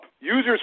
Users